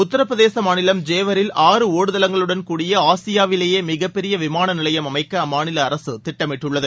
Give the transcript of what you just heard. உத்தரப்பிரதேச மாநிலம் ஜேவரில் ஆறு ஒடுதளங்களுடன் கூடிய ஆசியாவிலேயே மிகப்பெரிய விமான நிலையம் அமைக்க அம்மாநில அரசு திட்டமிட்டுள்ளது